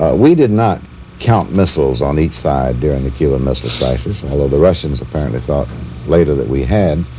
ah we did not count missiles on each side during the cuban missile crisis, and although the russians apparently thought later that we had.